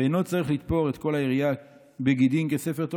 ואינו צריך לתפור את כל היריעה בגידין כספר,